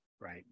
Right